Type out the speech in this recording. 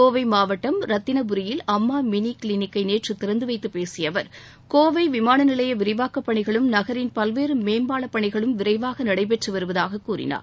கோவை மாவட்டம் ரத்தினபுரியில் அம்மா மினி கிளினிக்கை நேற்று திறந்துவைத்து பேசிய அவர் கோவை விமான நிலைய விரிவாக்கப் பணிகளும் நகரின் பல்வேறு மேம்பாலப் பணிகளும் விரைவாக நடைபெற்று வருவதாக கூறினார்